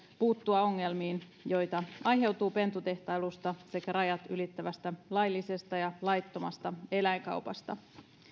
puuttua ongelmiin joita aiheutuu pentutehtailusta sekä rajat ylittävästä laillisesta ja laittomasta eläinkaupasta